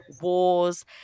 wars